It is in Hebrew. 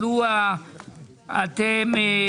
לו אתם,